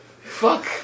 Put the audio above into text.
Fuck